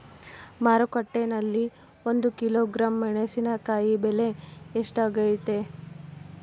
ಮಾರುಕಟ್ಟೆನಲ್ಲಿ ಒಂದು ಕಿಲೋಗ್ರಾಂ ಮೆಣಸಿನಕಾಯಿ ಬೆಲೆ ಎಷ್ಟಾಗೈತೆ?